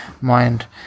mind